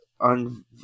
on